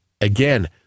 again